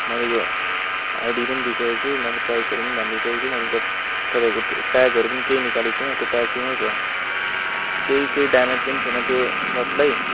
मैले यो आइडी पनि दिइसकेको छु मैले प्राइजहरू पनि भनिदिइसकेको छु मैले तपाईँहरूको ट्यागहरू पनि केही निकालेको छैन त्यो ट्यागसँगै छ केही केही ड्यामेज पनि छैन त्यो सर्टलाई